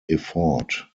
effort